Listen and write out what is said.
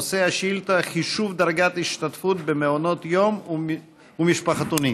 נושא השאילתה: חישוב דרגת השתתפות במעונות יום ומשפחתונים.